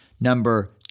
number